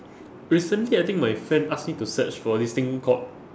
recently I think my friend ask me to search for this thing called